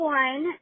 one